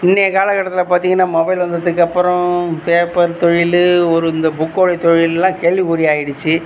இன்றைய காலகட்டத்தில் பார்த்திங்கன்னா மொபைல் வந்ததுக்கு அப்புறம் பேப்பர் தொழில் ஒரு இந்த புக்குடய தொழில்லாம் கேள்விக்குறி ஆயிடுச்சு